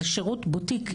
זה שירות בוטיק אישי.